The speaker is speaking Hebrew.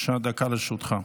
בבקשה, דקה לרשותך.